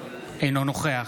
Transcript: אינו נוכח